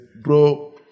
bro